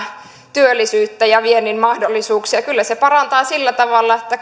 työllisyyttä ja viennin mahdollisuuksia kyllä se parantaa sillä tavalla että